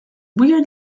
wear